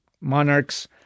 monarchs